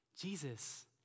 Jesus